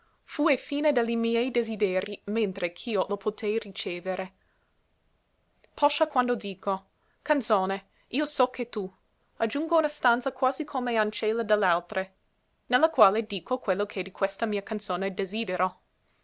sua fue fine de li miei desiderii mentre ch'io lo potei ricevere poscia quando dico canzone io so che tu aggiungo una stanza quasi come ancella de l'altre ne la quale dico quello che di questa mia canzone desidero